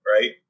Right